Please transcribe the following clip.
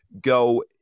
go